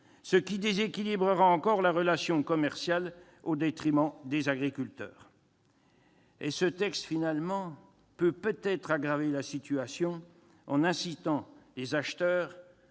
ce qui déséquilibrera encore la relation commerciale au détriment des agriculteurs. Ce texte pourrait aggraver la situation en incitant les acheteurs